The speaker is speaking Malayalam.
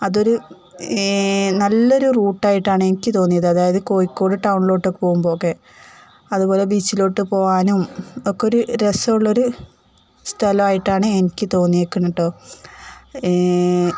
അതൊരു നല്ലയൊരു റൂട്ടായിട്ടാണ് എനിക്ക് തോന്നിയത് അതായത് കോഴിക്കോട് ടൗണിലേക്ക് പോകുമ്പോഴൊക്കെ അതുപോലെ ബീച്ചിലേക്ക് പോകാനുമൊക്കെയൊരു രസമുള്ളൊരു സ്ഥലമായിട്ടാണ് എനിക്ക് തോന്നിയേക്കുന്നത് കേട്ടോ